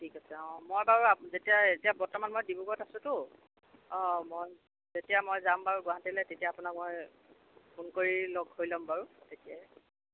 ঠিক আছে মই বাৰু এতিয়া বৰ্তমান ডিব্ৰুগড়ত আছোঁটো অ' মই যেতিয়া মই যাম বাৰু গুৱাহাটীলৈ তেতিয়া আপোনাক মই ফোন কৰি লগ হৈ ল'ম বাৰু